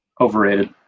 Overrated